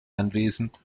anwesend